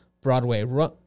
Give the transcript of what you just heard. Broadway